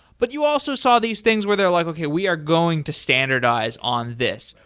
but you also saw these things where they're like, okay, we are going to standardize on this.